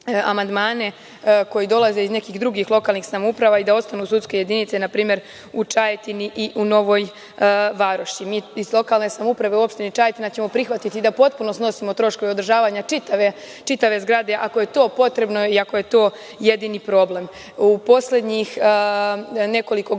koji dolaze iz nekih drugih lokalnih samouprava i da ostanu sudske jedinice npr, u Čajetini i u Novoj Varoši. Mi iz lokalne samouprave u opštini Čajetina ćemo prihvatiti da potpuno snosimo troškove održavanja čitave zgrade, ako je to potrebno i ako je to jedini problem.U